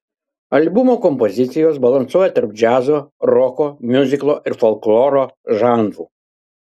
albumo kompozicijos balansuoja tarp džiazo roko miuziklo ir folkloro žanrų